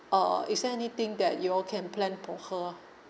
uh is there anything that you all can plan for her